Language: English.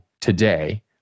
today